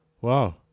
Wow